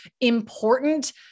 important